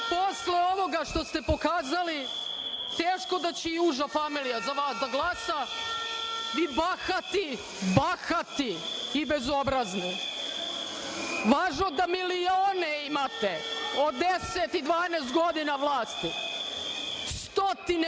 Posle ovoga što ste pokazali, teško da će i uža familija za vas da glasa, vi bahati i bezobrazni, važno da milione imate, od deset i dvanaest godina vlasti, stotine